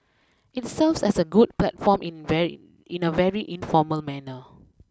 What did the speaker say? it serves as a good platform in very in a very informal manner